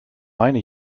meine